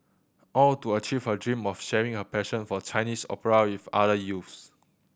all to achieve her dream of sharing her passion for Chinese opera with other youths